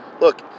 Look